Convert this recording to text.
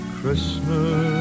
Christmas